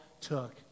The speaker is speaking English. took